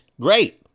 great